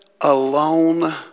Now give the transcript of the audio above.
alone